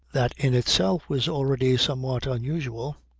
that in itself was already somewhat unusual.